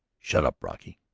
shut up, brocky,